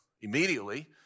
immediately